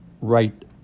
right